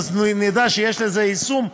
אז נדע שיש לזה יישום,